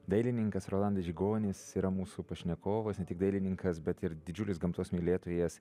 dailininkas rolandas žigonis yra mūsų pašnekovas ne tik dailininkas bet ir didžiulis gamtos mylėtojas